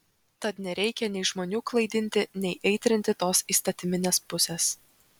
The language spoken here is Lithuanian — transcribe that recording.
tad nereikia nei žmonių klaidinti nei aitrinti tos įstatyminės pusės